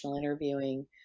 interviewing